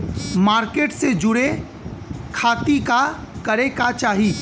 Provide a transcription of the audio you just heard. Market से जुड़े खाती का करे के चाही?